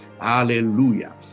hallelujah